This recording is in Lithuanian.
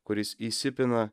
kuris įsipina